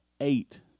eight